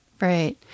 Right